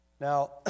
Now